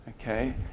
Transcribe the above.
okay